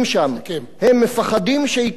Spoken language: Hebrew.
הם מפחדים שיקבלו מכות.